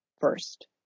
first